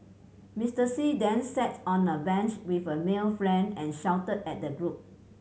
Mister See then sat on a bench with a male friend and shouted at the group